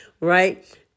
Right